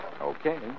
Okay